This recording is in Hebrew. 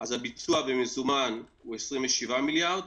הביצוע במזומן הוא 27 מיליארד.